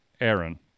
Aaron